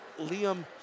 Liam